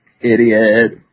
Idiot